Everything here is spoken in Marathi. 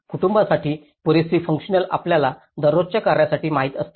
कुटुंबासाठी पुरेसे फुन्कशनल आपल्याला दररोजच्या कार्यासाठी माहित असते